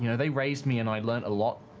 you know they raised me, and i learned a lot,